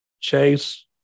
Chase